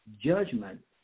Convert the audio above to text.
Judgment